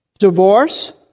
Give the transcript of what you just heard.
Divorce